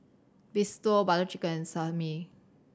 Risotto Butter Chicken and Sashimi